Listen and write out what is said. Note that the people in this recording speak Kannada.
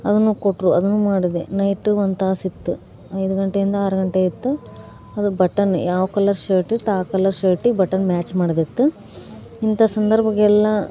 ಅವನು ಕೊಟ್ಟರು ಅದನ್ನು ಮಾಡಿದೆ ನೈಟು ಒಂದು ತಾಸಿತ್ತು ಐದು ಗಂಟೆಯಿಂದ ಆರು ಗಂಟೆ ಇತ್ತು ಅದು ಬಟನ್ ಯಾವ ಕಲರ್ ಶರ್ಟಿತ್ತು ಆ ಕಲರ್ ಶರ್ಟಿಗೆ ಬಟನ್ ಮ್ಯಾಚ್ ಮಾಡೋದಿತ್ತು ಇಂಥ ಸಂದರ್ಭಕ್ಕೆಲ್ಲ